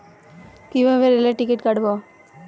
কিভাবে রেলের টিকিট কাটব?